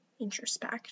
introspect